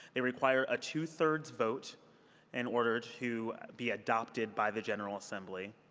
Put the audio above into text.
they require a two-thirds vote in order to be adopted by the general assembly.